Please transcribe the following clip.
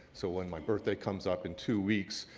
so when my birthday comes up in two weeks,